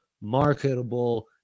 marketable